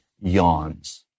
yawns